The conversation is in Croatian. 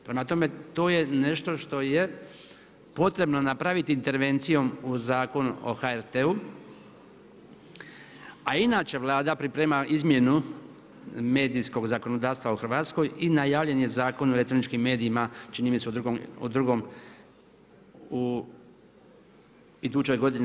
Prema tome, to je nešto što je potrebno napraviti intervencijom u Zakon o HRT-u, a inače Vlada priprema izmjenu medijskog zakonodavstva u Hrvatskoj i najavljen je Zakon o elektroničkim medijima čini mi se u drugom, u idućoj godini.